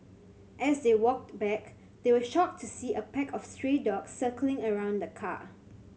as they walked back they were shocked to see a pack of stray dogs circling around the car